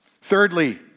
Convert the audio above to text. Thirdly